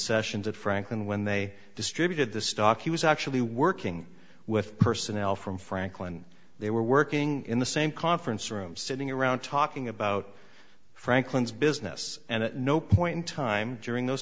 sessions at franklin when they distributed the stock he was actually working with personnel from franklin and they were working in the same conference room sitting around talking about franklin's business and at no point in time during those